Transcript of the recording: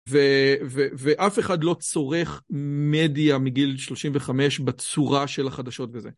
ואף אחד לא צורך מדיה מגיל 35 בצורה של החדשות כזה.